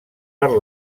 per